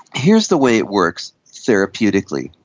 here's the way it works therapeutically.